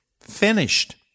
finished